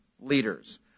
leaders